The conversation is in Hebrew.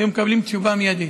היו מקבלים תשובה מיידית.